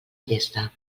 llesta